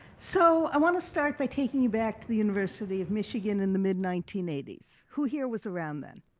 so i want to start by taking you back to the university of michigan in the mid nineteen eighty s. who here was around then?